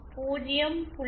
5ஜே 0